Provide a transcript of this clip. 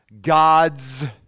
God's